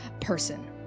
person